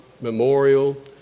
Memorial